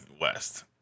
West